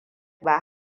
ba